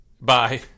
Bye